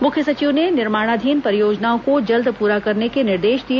मुख्य सचिव ने निर्माणाधीन परियोजनाओं को जल्द पूरा करने के निर्देश दिए